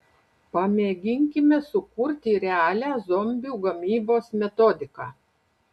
pamėginkime sukurti realią zombių gamybos metodiką